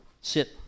sit